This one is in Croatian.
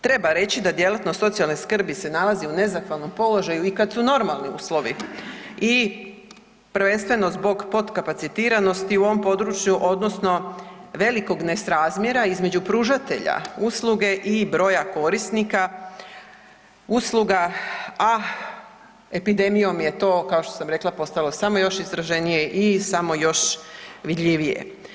Treba reći da djelatnost socijalne skrbi se nalazi u nezahvalnom položaju i kad su normalni uslovi i prvenstveno zbog potkapacitiranosti u ovom području odnosno velikog nesrazmjera između pružatelja usluge i broja korisnika usluga, a epidemijom je to, kao što sam rekla, postalo samo još izraženije i samo još vidljivije.